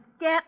Get